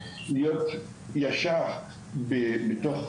להיות ישר בתוך